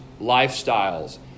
lifestyles